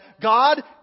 God